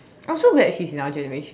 I'm just glad she's in our generation